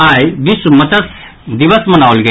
आइ विश्व मत्स्य दिवस मनाओल गेल